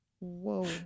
Whoa